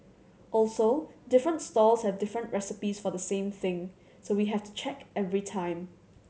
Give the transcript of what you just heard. also different stalls have different recipes for the same thing so we have to check every time